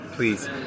Please